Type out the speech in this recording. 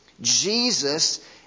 Jesus